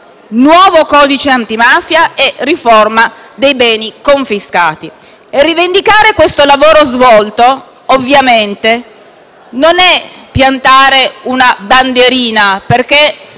nuovo codice antimafia e una riforma dei beni confiscati. Rivendicare questo lavoro svolto ovviamente non è piantare una bandierina perché